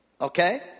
Okay